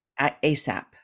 ASAP